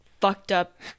fucked-up